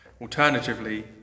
Alternatively